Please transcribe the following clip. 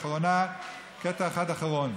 קטע אחד אחרון.